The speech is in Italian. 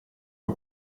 per